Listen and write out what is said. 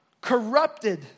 corrupted